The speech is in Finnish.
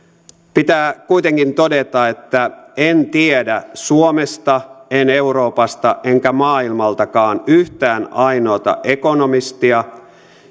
pitää kuitenkin todeta että en tiedä suomesta en euroopasta enkä maailmaltakaan yhtään ainoata ekonomistia